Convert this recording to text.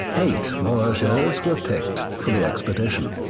eight voyageurs were picked for the expedition.